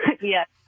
Yes